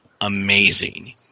amazing